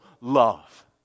love